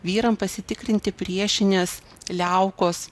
vyram pasitikrinti priešinės liaukos